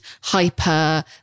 hyper